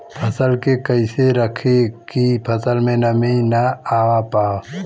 फसल के कैसे रखे की फसल में नमी ना आवा पाव?